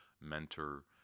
mentor